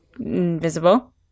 invisible